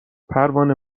پروانه